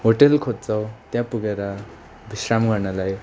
hotel खोज्छौँ त्यहाँ पुगेर विश्राम गर्नलाई